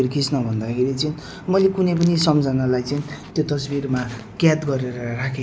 लोनावला पदयात्राको केही कुरा राख्न चाहन्छु है